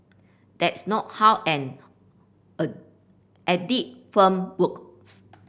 that's not how an a audit firm works